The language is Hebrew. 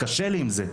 קשה לי עם זה.